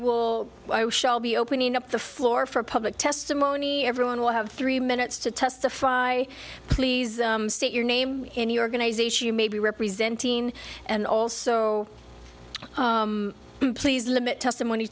will be opening up the floor for public testimony everyone will have three minutes to testify please state your name any organization you may be representing and also please limit testimony